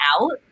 out